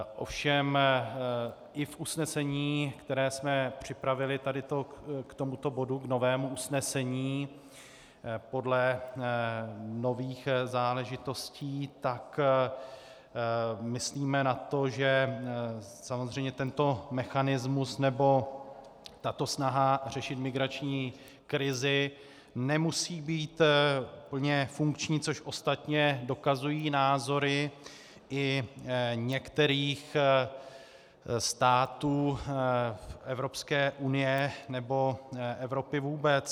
Ovšem i v usnesení, které jsme připravili k tomuto bodu, k novému usnesení podle nových záležitostí, myslíme na to, že samozřejmě tento mechanismus, nebo tato snaha řešit migrační krizi nemusí být plně funkční, což ostatně dokazují názory některých států Evropské unie nebo Evropy vůbec.